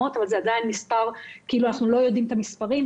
אבל אנחנו לא באמת יודעים את המספרים.